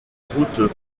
routes